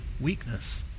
weakness